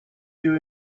you